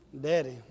Daddy